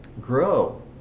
grow